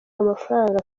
amafaranga